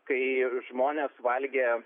kai žmonės valgė